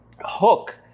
hook